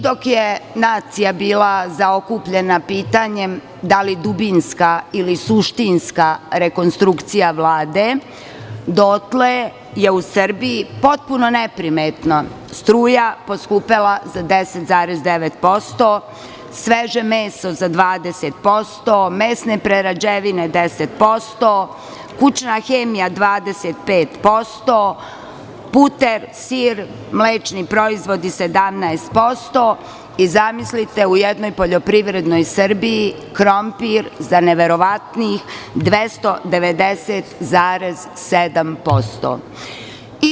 Dok je nacija bila zaokupljena pitanjem da li je dubinska ili suštinska rekonstrukcija Vlade, dotle je u Srbiji potpuno neprimetno struja poskupela za 10,9%, sveže meso za 20%, mesne prerađevine 10%, kućna hemija 25%, puter, sir i mlečni proizvodi 17% i, zamislite, u jednoj poljoprivrednoj Srbiji, krompir za neverovatnih 290,7%